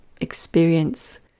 experience